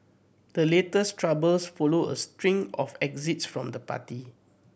the latest troubles follow a string of exits from the party